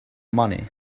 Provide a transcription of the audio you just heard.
money